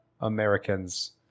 Americans